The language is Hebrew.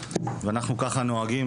ואנחנו ככה נוהגים,